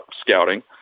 scouting